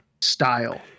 style